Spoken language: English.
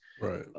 right